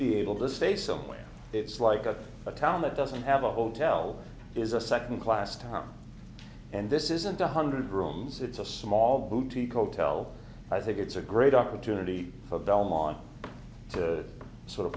be able to stay somewhere it's like a town that doesn't have a hotel is a second class town and this isn't a hundred rooms it's a small boutique hotel i think it's a great opportunity for belmont to sort of